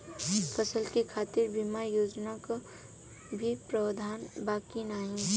फसल के खातीर बिमा योजना क भी प्रवाधान बा की नाही?